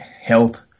health